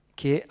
che